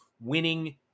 winning